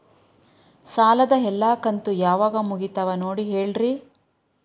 ಸಾಲದ ಎಲ್ಲಾ ಕಂತು ಯಾವಾಗ ಮುಗಿತಾವ ನೋಡಿ ಹೇಳ್ರಿ